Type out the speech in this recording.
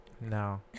No